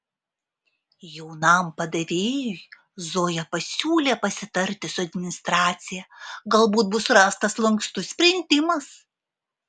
jaunam padavėjui zoja pasiūlė pasitarti su administracija galbūt bus rastas lankstus sprendimas